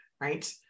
right